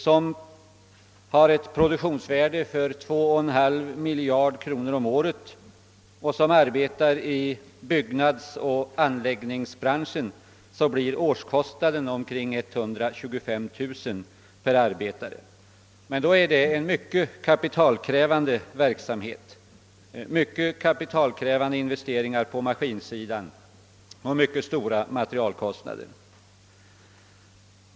som har ett produktionsvärde av 2,5 miljarder kronor om året och som arbetar i byggnadsoch anläggningsbranschen, blir årskostnaden omkring 125 000 kronor för arbetare. Men då är det en mycket kapitalkrävande verksamhet med höga investeringar på maskinsidan och mycket stora materialkostnader.